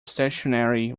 stationary